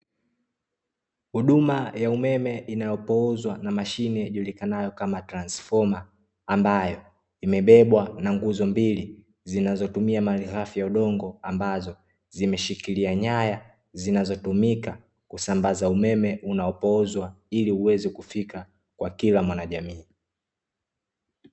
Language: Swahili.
Huduma ya umeme inayopoozwa na mashine ijulikanayo kama transfoma, ambayo imebebwa na nguzo mbili zinazotumia malighafi ya udongo, ambazo zimeshikilia nyaya zinazotumika kusambaza umeme unaopoozwa ili uweze kufika kwa kila mwanajamii.